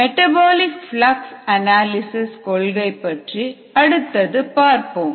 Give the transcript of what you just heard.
metabolic flux analysis கொள்கை பற்றி அடுத்து பார்ப்போம்